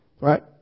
Right